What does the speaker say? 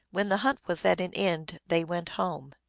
when the hunt was at an end they went home.